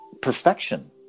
Perfection